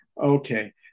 Okay